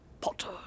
Potter